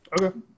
Okay